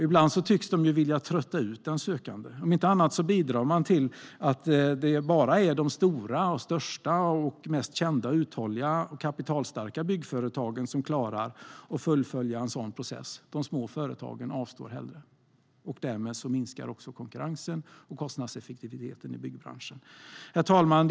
Ibland tycks de vilja trötta ut den sökande. Om inte annat bidrar de till att det bara är de största, mest kända, uthålliga och kapitalstarka byggföretagen som klarar att fullfölja en sådan process. De små företagen avstår hellre, och därmed minskar konkurrensen och kostnadseffektiviteten i byggbranschen. Herr talman!